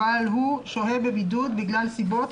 אבל הוא שוהה בבידוד מסיבות אחרות.